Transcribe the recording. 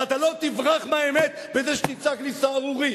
ואתה לא תברח מהאמת בזה שתצעק לי "סהרורי".